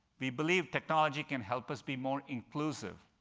we believe technology can help us be more inclusive,